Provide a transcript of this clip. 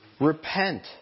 Repent